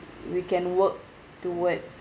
we can work towards